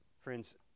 Friends